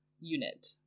unit